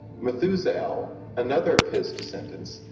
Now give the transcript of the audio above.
methusael, another of his descendants,